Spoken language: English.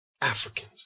Africans